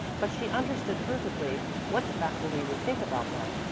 but she understood perfectly what the faculty would think about them.